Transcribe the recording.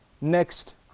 next